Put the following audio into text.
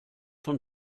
von